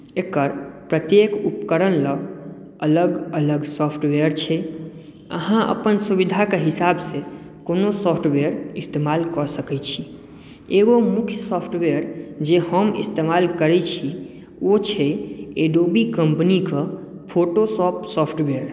एकर प्रत्येक उपकरण लेल अलग अलग सॉफ्टवेयर छै अहाँ अपन सुविधाके हिसाबसँ कोनो सॉफ्टवेयर इस्तेमाल कऽ सकैत छी एगो मुख्य सॉफ्टवेयर जे हम इस्तमाल करैत छी ओ छै एडोबी कम्पनीक फोटोशॉप सॉफ्टवेयर